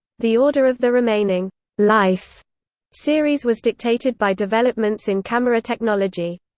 the order of the remaining life series was dictated by developments in camera technology.